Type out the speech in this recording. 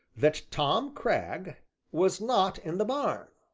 that tom cragg was not in the barn.